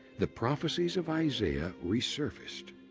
the prophecies of isaiah resurfaced.